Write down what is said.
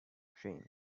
dream